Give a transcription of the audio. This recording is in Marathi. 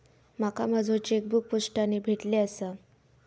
माका माझो चेकबुक पोस्टाने भेटले आसा